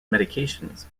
medications